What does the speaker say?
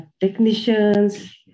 technicians